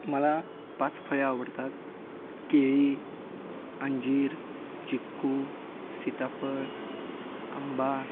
मला पाच फळे आवडतात केळी अंजीर चिक्कू सीताफळ आंबा